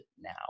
now